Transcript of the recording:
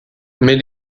mais